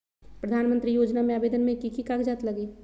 प्रधानमंत्री योजना में आवेदन मे की की कागज़ात लगी?